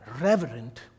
reverent